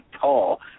tall